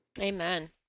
Amen